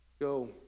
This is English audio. Go